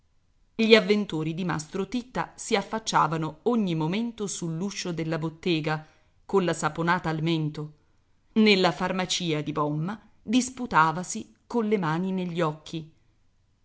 gli avventori di mastro titta si affacciavano ogni momento sull'uscio della bottega colla saponata al mento nella farmacia di bomma disputavasi colle mani negli occhi